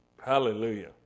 Hallelujah